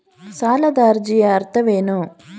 ಸಾಲದ ಅರ್ಜಿಯ ಅರ್ಥವೇನು?